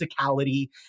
physicality